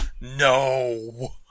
No